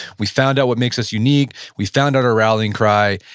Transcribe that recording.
we found out what makes us unique. we found out our rallying cry.